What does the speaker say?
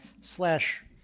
slash